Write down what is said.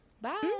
bye